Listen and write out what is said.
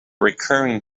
recurring